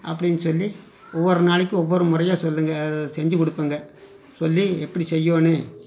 அப்படின்னு சொல்லி ஒவ்வொரு நாளைக்கும் ஒவ்வொரு முறையாக சொல்லுங்கள் செஞ்சு கொடுப்பேங்க சொல்லி எப்படி செய்யணும்